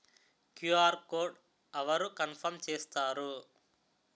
QR code అవరు confirm చేస్తారు?